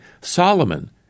Solomon